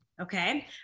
Okay